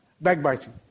backbiting